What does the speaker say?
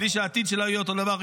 -- בלי שהעתיד שלנו יהיה אותו דבר?